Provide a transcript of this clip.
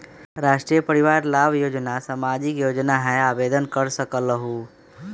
राष्ट्रीय परिवार लाभ योजना सामाजिक योजना है आवेदन कर सकलहु?